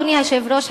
אדוני היושב-ראש,